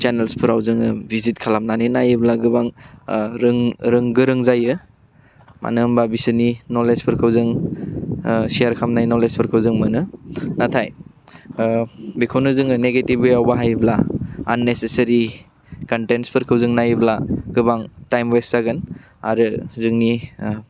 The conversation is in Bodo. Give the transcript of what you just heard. सेनेल्सफोराव जोङो बिजिथ खालामनानै नायोब्ला गोबां रों गोरों जायो मानो होमबा बिसोरनि नलेजफोरखौ जों सेयार खालामनाय नलेजफोरखौ जों मोनो नाथाइ बेखौनो जोङो नेगेटिब अवेयाव बाहायोब्ला आननेसासारि कनटेन्सफोरखौ जों नायोब्ला गोबां टाइम वेस जागोन आरो जोंनि